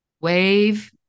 wave